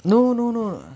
no no no